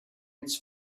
its